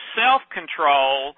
self-control